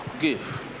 Give